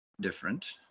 different